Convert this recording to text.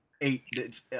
eight